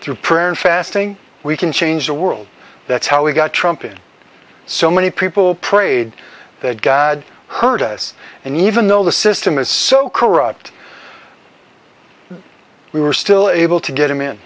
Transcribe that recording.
through prayer and fasting we can change the world that's how we got trumpeted so many people prayed that god heard us and even though the system is so corrupt we were still able to get him in